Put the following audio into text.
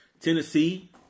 Tennessee